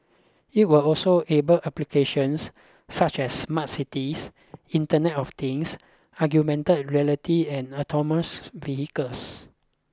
it will also able applications such as smart cities Internet of Things augmented reality and autonomous vehicles